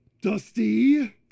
Dusty